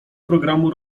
programu